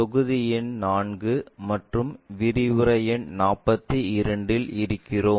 தொகுதி எண் 4 மற்றும் விரிவுரை எண் 42 இல் இருக்கிறோம்